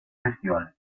festival